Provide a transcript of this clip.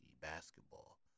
basketball